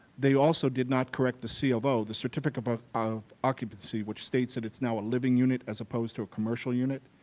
they also did not correct the c of o, the certificate of occupancy which states that it's now a living unit as opposed to a commercial unit.